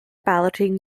balloting